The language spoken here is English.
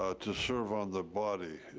ah to serve on the body.